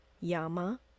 Yama